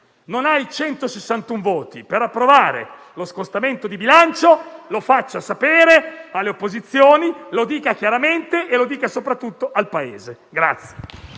non ha i 161 voti necessari per approvare lo scostamento di bilancio, lo faccia sapere alle opposizioni, lo dica chiaramente e lo dica soprattutto al Paese.